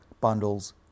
bundles